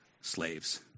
Slaves